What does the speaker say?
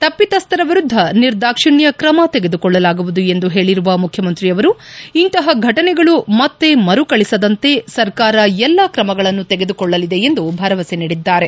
ತಪ್ಪಿತಸ್ಥರ ವಿರುದ್ದ ನಿರ್ದಾಕ್ಷಿಣ್ಣ ತ್ರಮ ತೆಗೆದುಕೊಳ್ಳಲಾಗುವುದು ಎಂದು ಹೇಳರುವ ಮುಖ್ಯಮಂತ್ರಿಯವರು ಇಂತಹ ಘಟನೆಗಳು ಮತ್ತೆ ಮರುಕಳಿಸದಂತೆ ಸರ್ಕಾರ ಎಲ್ಲ ಕ್ರಮಗಳನ್ನು ತೆಗೆದುಕೊಳ್ಳಲಿದೆ ಎಂದು ಭರವಸೆ ನೀಡಿದ್ದಾರೆ